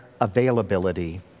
availability